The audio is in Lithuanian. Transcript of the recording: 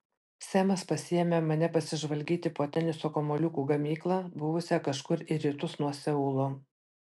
semas pasiėmė mane pasižvalgyti po teniso kamuoliukų gamyklą buvusią kažkur į rytus nuo seulo